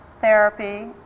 therapy